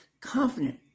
confident